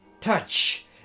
touch